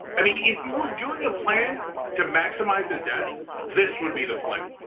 i mean, if you were doing a plan to maximize the deaths, this would be the plan.